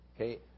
Okay